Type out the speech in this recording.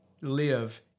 live